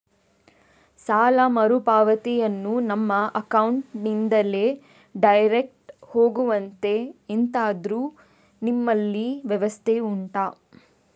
ಸಾಲ ಮರುಪಾವತಿಯನ್ನು ನಮ್ಮ ಅಕೌಂಟ್ ನಿಂದಲೇ ಡೈರೆಕ್ಟ್ ಹೋಗುವಂತೆ ಎಂತಾದರು ನಿಮ್ಮಲ್ಲಿ ವ್ಯವಸ್ಥೆ ಉಂಟಾ